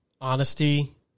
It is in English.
Honesty